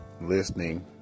listening